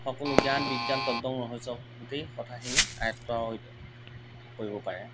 সকলো জ্ঞান বিজ্ঞান তত্ত্বক ৰহস্য গোটেই কথাখিনি আয়ত্ব কৰিব পাৰে